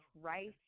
rice